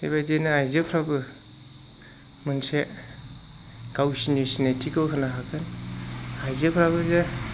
बेबायदिनो आइजोफ्राबो मोनसे गावसोरनि सिनायथिखौ होनो हागोन आइजोफोराबो जे